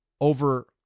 over